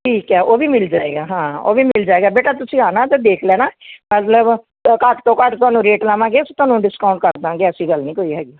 ਠੀਕ ਹੈ ਉਹ ਵੀ ਮਿਲ ਜਾਵੇਗਾ ਹਾਂ ਉਹ ਵੀ ਮਿਲ ਜਾਵੇਗਾ ਬੇਟਾ ਤੁਸੀਂ ਆਉਣਾ ਤਾਂ ਦੇਖ ਲੈਣਾ ਮਤਲਬ ਉਹ ਘੱਟ ਤੋਂ ਘੱਟ ਤੁਹਾਨੂੰ ਰੇਟ ਲਾਵਾਂਗੇ ਅਸੀਂ ਤੁਹਾਨੂੰ ਡਿਸਕਾਊਂਟ ਕਰ ਦਾਂਗੇ ਐਸੀ ਗੱਲ ਨਹੀਂ ਕੋਈ ਹੈਗੀ